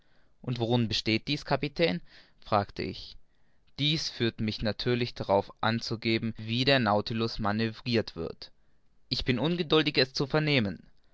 und worin besteht dies kapitän fragte ich dies führt mich natürlich darauf anzugeben wie der nautilus manövrirt wird ich bin ungeduldig es zu vernehmen